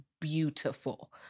beautiful